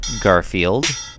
Garfield